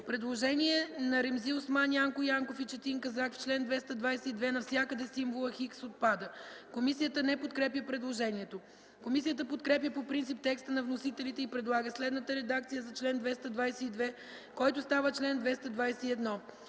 представители Осман, Янков и Казак – в чл. 226 навсякъде символът „X” отпада. Комисията не подкрепя предложението. Комисията подкрепя по принцип текста на вносителите и предлага следната редакция за чл. 226, който става чл. 225: